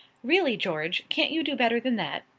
really, george, can't you do better than that?